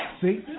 See